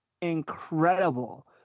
incredible